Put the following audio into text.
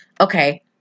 okay